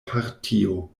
partio